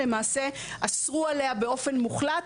למעשה אסרו עליה באופן מוחלט,